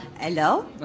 hello